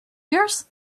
yours